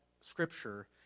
scripture